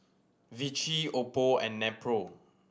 Vichy Oppo and Nepro